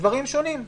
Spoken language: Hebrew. דברים שונים.